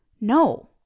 No